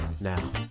now